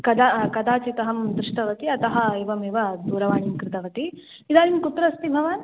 कदा कदाचित् अहं दृष्टवती अतः एवमेव दूरवाणीं कृतवती इदानीं कुत्र अस्ति भवान्